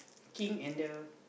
king and the